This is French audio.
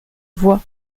voie